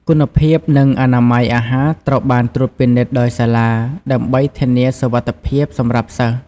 គុណភាព និងអនាម័យអាហារត្រូវបានត្រួតពិនិត្យដោយសាលា ដើម្បីធានាសុវត្ថិភាពសម្រាប់សិស្ស។